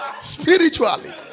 spiritually